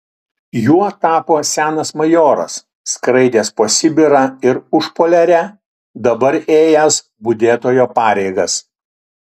juo tapo senas majoras skraidęs po sibirą ir užpoliarę dabar ėjęs budėtojo pareigas